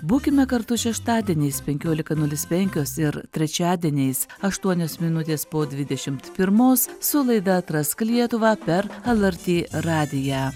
būkime kartu šeštadieniais penkiolika nulis penkios ir trečiadieniais aštuonios minutės po dvidešimt pirmos su laida atrask lietuvą per lrt radiją